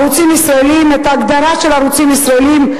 ערוצים ישראליים,